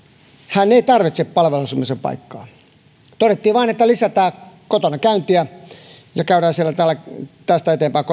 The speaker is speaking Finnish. hän ei tarvitse palveluasumisen paikkaa todettiin vain että lisätään kotona käyntiä ja käydään siellä tästä eteenpäin